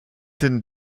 denn